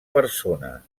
persona